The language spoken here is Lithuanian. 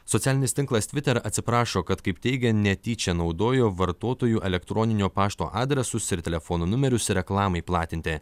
socialinis tinklas tviteratsiprašo kad kaip teigia netyčia naudojo vartotojų elektroninio pašto adresus ir telefono numerius reklamai platinti